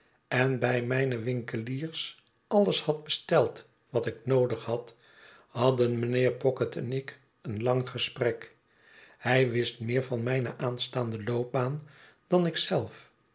en bij mijne winkeliers alles had besteld wat ik noodig had hadden mijnheer pocket en ik een lang gesprek hij wist meer van mijne aanstaande loopbaan dan